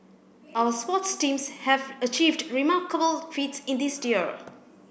our sports teams have achieved remarkable feats in this year